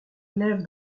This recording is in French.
élève